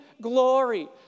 glory